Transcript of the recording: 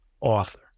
author